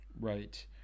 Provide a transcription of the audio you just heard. Right